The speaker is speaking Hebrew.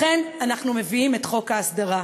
לכן אנחנו מביאים את חוק ההסדרה.